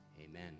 amen